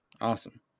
Awesome